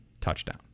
touchdown